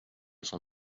son